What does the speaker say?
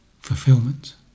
fulfillment